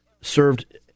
served